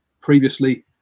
previously